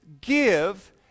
give